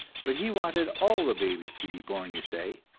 but he wanted all the babies to be born, you say!